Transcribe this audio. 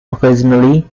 occasionally